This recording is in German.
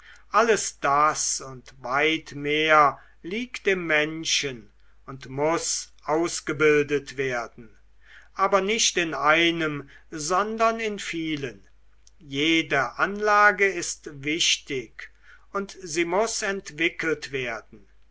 alles das und weit mehr liegt im menschen und muß ausgebildet werden aber nicht in einem sondern in vielen jede anlage ist wichtig und sie muß entwickelt werden